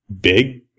big